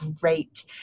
great